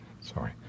Sorry